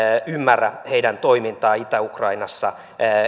ymmärrä heidän toimintaansa itä ukrainassa